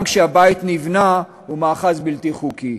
גם כשהבית שנבנה הוא מאחז בלתי חוקי.